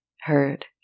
heard